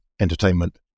entertainment